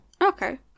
Okay